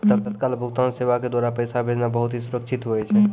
तत्काल भुगतान सेवा के द्वारा पैसा भेजना बहुत ही सुरक्षित हुवै छै